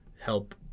help